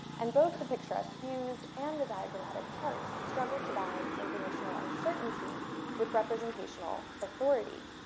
and both the pictures ask views and the diagrammatic charts struggled to balance informational uncertainty with representational authority.